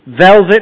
Velvet